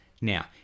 Now